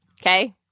okay